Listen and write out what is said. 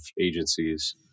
agencies